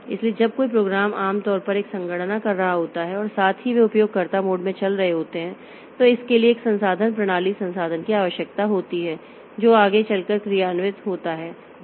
इसलिए जब कोई प्रोग्राम आम तौर पर एक संगणना कर रहा होता है और साथ ही वे उपयोगकर्ता मोड में चल रहे होते हैं तो इसके लिए एक संसाधन प्रणाली संसाधन की आवश्यकता होती है जो आगे चलकर क्रियान्वित होता है